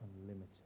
unlimited